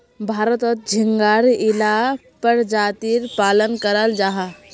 भारतोत झिंगार इला परजातीर पालन कराल जाहा